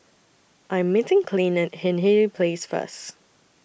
I Am meeting Clint At Hindhede Place First